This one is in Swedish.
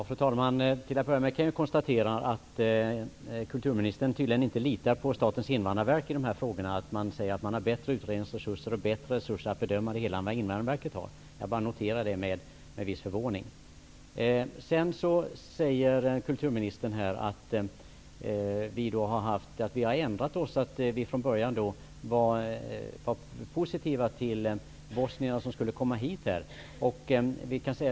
Fru talman! Till att börja med kan jag konstatera att kulturministern tydligen inte litar på Statens invandrarverk i dessa frågor. Kulturministern säger att regeringen har bättre resurser att bedöma det hela än vad Invandrarverket har. Jag noterar detta med viss förvåning. Vidare säger kulturministern att vi i Ny demokrati har ändrat oss. Vi var från början positiva till de bosnier som skulle komma hit.